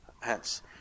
hence